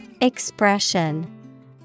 Expression